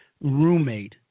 roommate